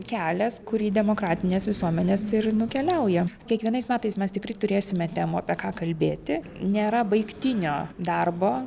kelias kurį demokratinės visuomenės ir nukeliauja kiekvienais metais mes tikrai turėsime temų apie ką kalbėti nėra baigtinio darbo